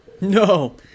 No